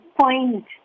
point